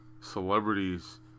celebrities